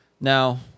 Now